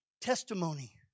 testimony